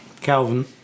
Calvin